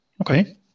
Okay